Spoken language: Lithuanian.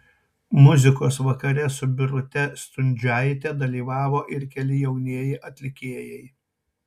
muzikos vakare su birute stundžiaite dalyvavo ir keli jaunieji atlikėjai